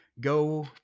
go